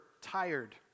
tired